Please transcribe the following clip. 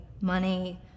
money